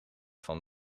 van